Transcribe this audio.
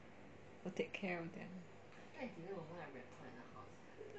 will take care of them